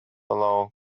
law